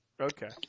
Okay